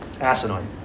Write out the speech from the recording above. asinine